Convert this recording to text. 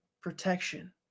protection